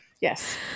Yes